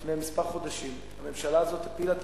לפני כמה חודשים הממשלה הזאת הפילה את